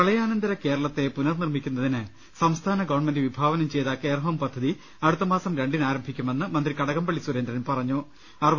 പ്രളയാനന്തര കേരളത്തെ പുനർനിർമ്മിക്കുന്നതിന് സംസ്ഥാന ഗവൺമെന്റ് വിഭാവനം ചെയ്ത കെയർഹോം പദ്ധതി അടുത്തമാസം രണ്ടിന് ആരം ഭിക്കുമെന്ന് മന്ത്രി കടകംപള്ളി സുരേന്ദ്രൻ പറഞ്ഞു